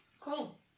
Cool